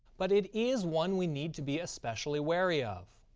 but it is one we need to be especially weary of.